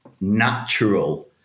natural